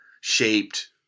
shaped